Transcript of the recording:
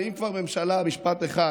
ואם כבר ממשלה, משפט אחד